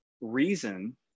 reason